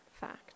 fact